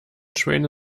schwäne